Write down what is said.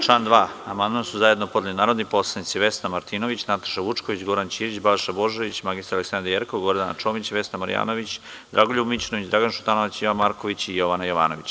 Na član 2. amandman su zajedno podneli narodni poslanici Vesna Martinović, Nataša Vučković, Goran Ćirić, Balša Božović, mr Aleksandra Jerkov, Gordana Čomić i Vesna Marjanović, Dragoljub Mićunović, Dragan Šutanovac, Jovan Marković i Jovana Jovanović.